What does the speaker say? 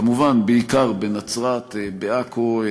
כמובן בעיקר בנצרת, בעכו,